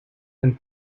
than